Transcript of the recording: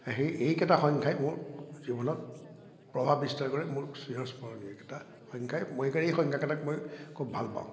এই এইকেইটা সংখ্যাই মোৰ জীৱনত মোৰ প্ৰভাৱ বিস্তাৰ কৰে মোৰ চিৰস্মৰণীয় এইকেইটা সংখ্যাই মোৰ সেইকাৰণে এই সংখ্যাকেইটা মই খুব ভাল পাওঁ